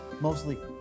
Mostly